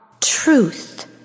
Truth